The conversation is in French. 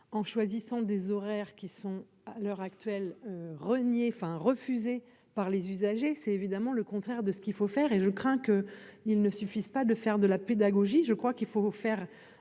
en choisissant des horaires qui sont à l'heure actuelle renier enfin refusé par les usagers, c'est évidemment le contraire de ce qu'il faut faire et je crains que, ils ne suffisent pas, de faire de la pédagogie, je crois qu'il faut faire